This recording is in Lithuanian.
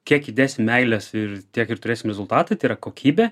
kiek įdėsim meilės ir tiek ir turėsim rezultatą tai yra kokybė